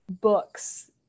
books